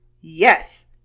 Yes